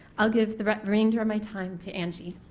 ah give the remainder of my time to angie.